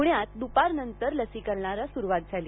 पुण्यात दुपार नंतर लसीकरणाला सुरुवात झाली